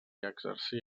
exercí